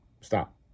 stop